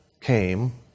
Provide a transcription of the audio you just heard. came